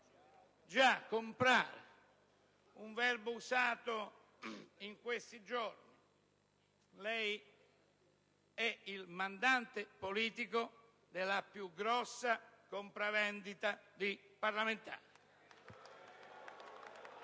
Già, comprare! Un verbo usato in questi giorni: lei è il mandante politico della più grossa compravendita di parlamentari!